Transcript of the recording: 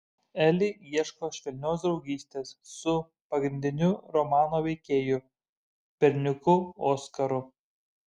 eli ieško švelnios draugystės su pagrindiniu romano veikėju berniuku oskaru